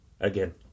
Again